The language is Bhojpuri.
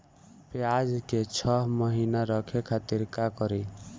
प्याज के छह महीना रखे खातिर का करी?